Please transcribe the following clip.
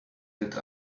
that